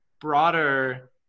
broader